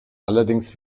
allerdings